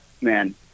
Man